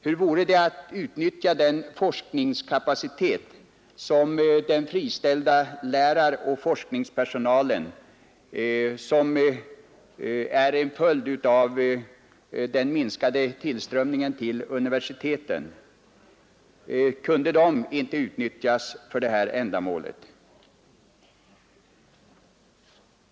Hur vore det att utnyttja den forskningskapacitet, som den friställda läraroch forskningspersonalen besitter — personal vars friställande blivit en följd av den minskade tillströmningen till universiteten? Kunde inte den utnyttjas för detta ändamål?